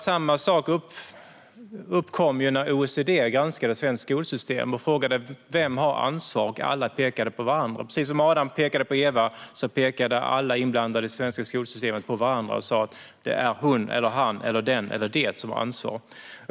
Samma sak uppkom nämligen när OECD granskade det svenska skolsystemet och frågade vem som hade ansvaret, då alla pekade på varandra. Precis som Adam pekade på Eva pekade alla inblandade i det svenska skolsystemet på varandra och sa: Det är hon, han, den eller det som har ansvaret.